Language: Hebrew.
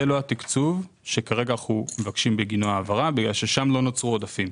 זה לא התקצוב שכרגע אנחנו מבקשים בגינו העברה כי שם לא נוצרו עודפים.